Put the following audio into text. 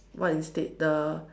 what instead the